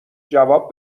جواب